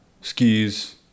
skis